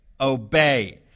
Obey